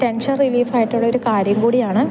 tension റിലീഫായിട്ടുള്ളൊരു കാര്യം കൂടിയാണ്